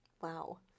Wow